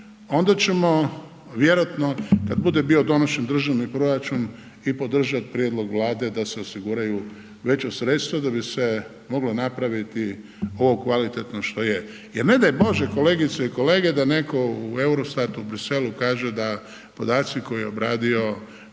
onda ćemo vjerojatno kad bude bio donošen državni proračun i podržat prijedlog Vlade da se osiguraju veća sredstva da bi se moglo napraviti ovo kvalitetno što je jer ne daj Bože kolegice i kolege da netko u Eurostatu u Briselu kaže da podaci koje je obradio